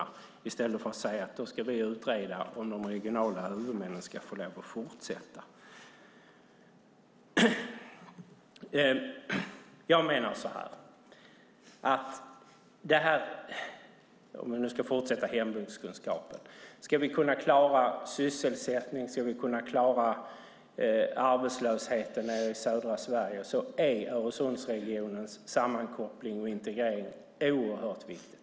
Gör det i stället för att säga att ni ska utreda om de regionala huvudmännen ska få lov att fortsätta! Om vi nu ska fortsätta med hembygdskunskapen menar jag att om vi ska kunna klara sysselsättningen och arbetslösheten nere i södra Sverige är Öresundsregionens sammankoppling och integrering oerhört viktig.